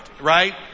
right